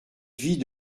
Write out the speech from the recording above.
vit